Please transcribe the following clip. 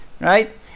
right